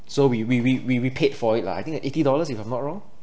so we we we we we paid for it lah I think like eighty dollars if I'm not wrong